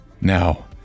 Now